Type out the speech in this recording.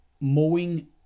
mowing